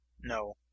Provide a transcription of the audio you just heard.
No